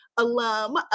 alum